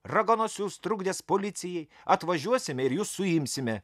raganosius trukdęs policijai atvažiuosime ir jus suimsime